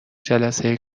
جلسه